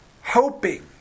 hoping